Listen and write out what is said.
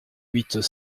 huit